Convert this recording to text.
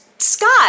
Scott